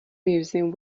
museum